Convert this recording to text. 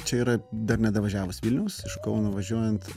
čia yra dar nedavažiavus vilniaus iš kauno važiuojant